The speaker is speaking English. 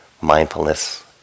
mindfulness